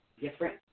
different